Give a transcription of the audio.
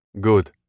Good